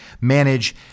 manage